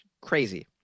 crazy